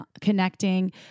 connecting